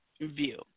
view